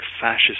fascist